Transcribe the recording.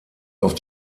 auf